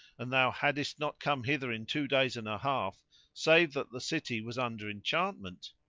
and thou haddest not come hither in two days and a half save that the city was under enchantment.